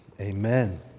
amen